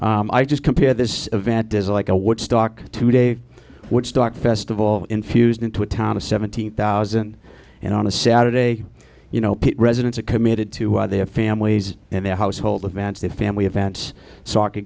i just compare this event does a like a woodstock today woodstock festival infused into a time of seventeen thousand and on a saturday you know pete residents are committed to their families and their household events to family events soccer